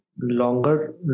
longer